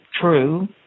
true